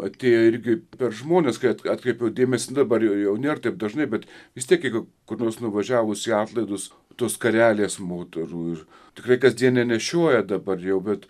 atėjo irgi per žmones kai at atkreipiau dėmesį dabar jau jau nėr taip dažnai bet vis tiek jeigu kur nors nuvažiavus į atlaidus tos skarelės moterų ir tikrai kasdien nenešioja dabar jau bet